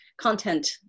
content